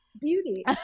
beauty